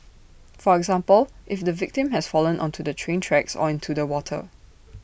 for example if the victim has fallen onto the train tracks or into the water